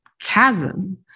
chasm